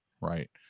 right